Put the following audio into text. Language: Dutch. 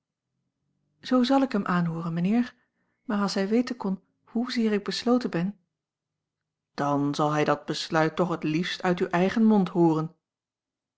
zoo zal ik hem aanhooren mijnheer maar als hij weten kon hoezeer ik besloten ben dan zal hij dat besluit toch het liefst uit uw eigen mond hooren